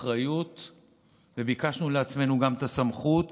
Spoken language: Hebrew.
אחריות וביקשנו לעצמנו גם את הסמכות